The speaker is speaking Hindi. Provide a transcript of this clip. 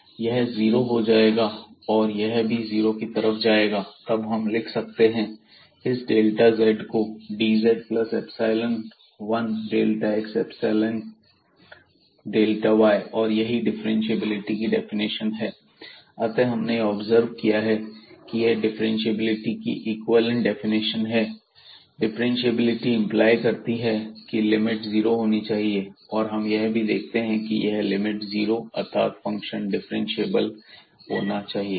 ⟹Δzdz1Δx2Δy ⟹f की डिफ्रेंशिएबिलिटी यह जीरो हो जाएगा और यह भी जीरो की तरफ जाएगा तब हम लिख सकते हैं इस डेल्टा z को dz plus epsilon 1 delta x epsilon delta y और यही डिफ्रेंशिएबिलिटी की डेफिनेशन है अतः हमने यह ऑब्जर्व किया है कि यह डिफ्रेंशिएबिलिटी की इक्विवेलेंट डेफिनेशन है डिफ्रेंशिएबिलिटी एंपलाई करती है की है लिमिट जीरो होनी चाहिए और हम भी यह देखते हैं कि यह लिमिट जीरो है अर्थात फंक्शन डिफ्रेंशिएबल होना चाहिए